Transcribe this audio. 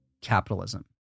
capitalism